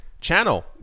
channel